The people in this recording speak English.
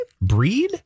Breed